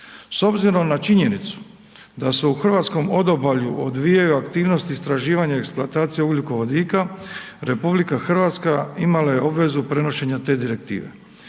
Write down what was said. S obzirom na činjenicu da se u hrvatskom odobalju odvijaju aktivnosti istraživanja i eksploatacije ugljikovodika, RH imala je obvezu prenošenja te Direktive.